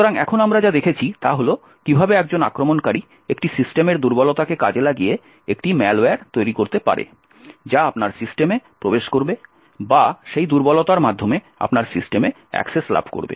সুতরাং এখন আমরা যা দেখেছি তা হল কী ভাবে একজন আক্রমণকারী একটি সিস্টেমের দুর্বলতাকে কাজে লাগিয়ে একটি ম্যালওয়্যার তৈরি করতে পারে যা আপনার সিস্টেমে প্রবেশ করবে বা সেই দুর্বলতার মাধ্যমে আপনার সিস্টেমে অ্যাক্সেস লাভ করবে